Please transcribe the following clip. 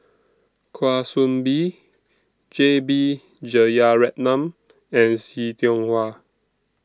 Kwa Soon Bee J B Jeyaretnam and See Tiong Wah